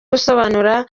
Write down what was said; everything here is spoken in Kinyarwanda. gusobanura